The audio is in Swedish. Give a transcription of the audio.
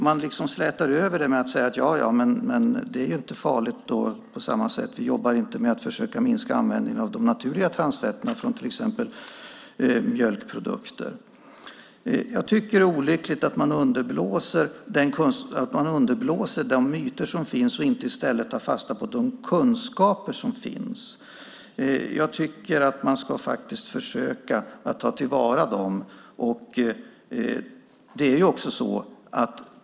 Man slätar liksom över den genom att säga: Ja, men det är inte farligt på samma sätt. Vi jobbar ju inte med att försöka minska användningen av de naturliga transfetterna från till exempel mjölkprodukter. Jag tycker att det är olyckligt att man underblåser de myter som finns i stället för att ta fasta på de kunskaper som finns. Man borde försöka ta dem till vara.